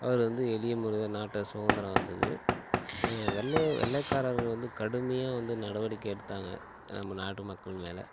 அவரு வந்து எளிய மனிதன் நாட்டுக்கு சுதந்திரம் வந்தது வெள்ளைய வெள்ளை காரர்கள் வந்து கடுமையாக வந்து நடவடிக்கை எடுத்தாங்கள் நம்ம நாட்டு மக்கள் மேலே